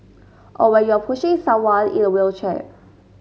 or when you're pushing someone in a wheelchair